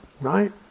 right